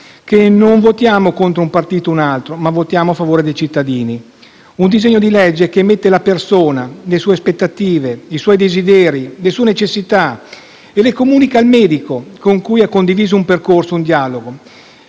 che non votiamo contro un partito o un altro, ma votiamo a favore dei cittadini. Un disegno di legge che mette al centro la persona, le sue aspettative, i suoi desideri, le sue necessità e le comunica al medico, con cui ha condiviso un percorso, un dialogo,